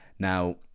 Now